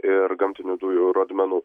ir gamtinių dujų rodmenų